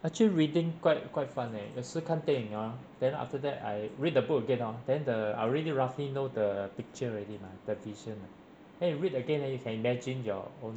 actually reading quite quite fun leh 有时看电影 ah then after that I read the book again hor then the I already roughly know the picture already mah the vision ah then you read again that you can imagine your own